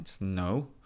No